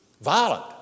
Violent